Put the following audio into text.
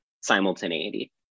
simultaneity